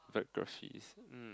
choreographies mm